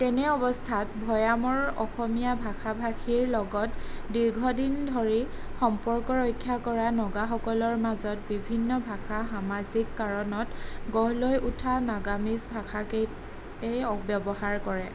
তেনে অৱস্থাত ভৈয়ামৰ অসমীয়া ভাষা ভাষীৰ লগত দীৰ্ঘদিন ধৰি সম্পৰ্ক ৰক্ষা কৰা নগাসকলৰ মাজত বিভিন্ন ভাষা সামাজিক কাৰণত গঢ় লৈ উঠা নাগামিজ ভাষাকেই এই ব্যৱহাৰ কৰে